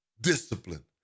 Discipline